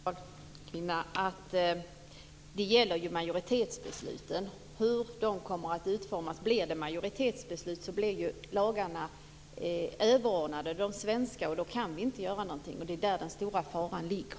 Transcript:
Fru talman! Det gäller hur majoritetsbesluten kommer att utformas. Blir det majoritetsbeslut blir lagarna överordnade de svenska, och då kan vi inte göra någonting. Det är där den stora faran ligger.